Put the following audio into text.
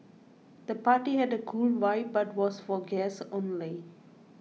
the party had a cool vibe but was for guests only